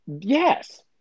Yes